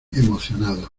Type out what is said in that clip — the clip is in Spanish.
emocionado